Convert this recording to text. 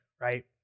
right